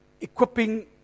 equipping